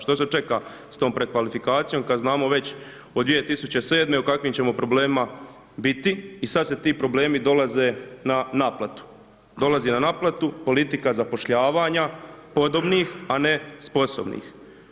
Što se čeka s tom prekvalifikacijom kad znamo već od 2007. u kakvim ćemo problemima biti i sad se ti problemi dolaze na naplatu, dolazi na naplatu politika zapošljavanja podobnih, a ne sposobnih.